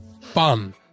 fun